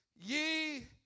ye